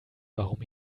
warum